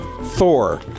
Thor